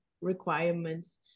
requirements